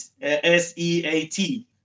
s-e-a-t